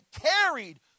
carried